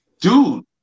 dude